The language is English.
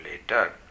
later